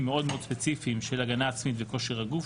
מאוד ספציפיים של הגנה עצמית וכושר הגוף,